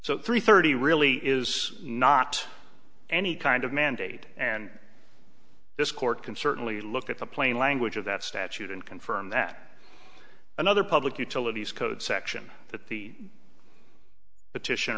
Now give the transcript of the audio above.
so three thirty really is not any kind of mandate and this court can certainly look at the plain language of that statute and confirm that another public utilities code section that the